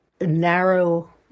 narrow